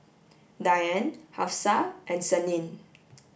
Dian Hafsa and Senin